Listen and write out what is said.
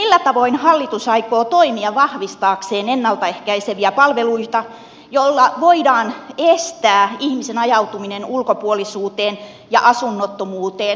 millä tavoin hallitus aikoo toimia vahvistaakseen ennalta ehkäiseviä palveluita joilla voidaan estää ihmisen ajautuminen ulkopuolisuuteen ja asunnottomuuteen